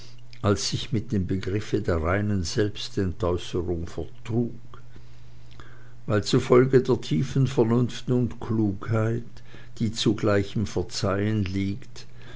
als sich mit dem begriffe der reinen selbstentäußerung vertrug weil zufolge der tiefen vernunft und klugheit die zugleich im verzeihen liegt